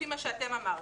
לפי מה שאתם אמרתם.